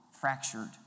fractured